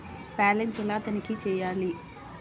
Balance ఎలా తనిఖీ చేయాలి?